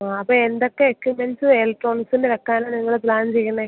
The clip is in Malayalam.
ആ അപ്പോള് എന്തൊക്കെ എക്യുപ്മെൻസ് ഇലക്ട്രോണിക്സിൻ്റെ വയ്ക്കാനാണു നിങ്ങള് പ്ലാൻ ചെയ്യുന്നത്